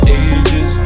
ages